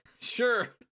Sure